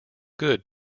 good